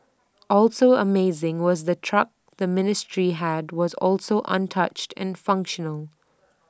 also amazing was the truck the ministry had was also untouched and functional